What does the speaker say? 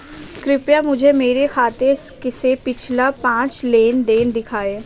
कृपया मुझे मेरे खाते से पिछले पांच लेन देन दिखाएं